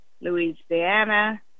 Louisiana